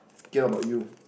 K about you